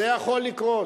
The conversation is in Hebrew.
זה יכול לקרות,